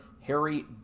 Harry